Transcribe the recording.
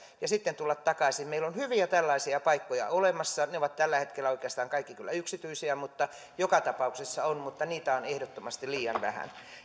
ja sitten tulla takaisin meillä on hyviä tällaisia paikkoja olemassa ne ovat tällä hetkellä oikeastaan kaikki kyllä yksityisiä mutta joka tapauksessa näitä on mutta niitä on ehdottomasti liian vähän